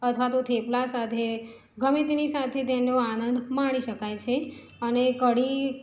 અથવા તો થેપલા સાથે ગમે તેની સાથે તેનો આનંદ માણી શકાય છે અને કઢી